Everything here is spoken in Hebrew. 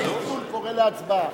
הצלצול קורא להצבעה.